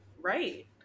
Right